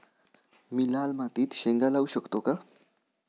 मी लाल मातीत शेंगा लावू शकतो का?